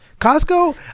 Costco